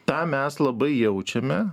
tą mes labai jaučiame